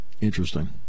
interesting